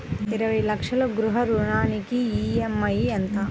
ఇరవై లక్షల గృహ రుణానికి ఈ.ఎం.ఐ ఎంత?